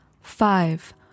Five